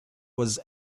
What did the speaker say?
was